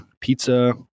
pizza